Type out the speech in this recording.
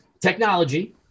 technology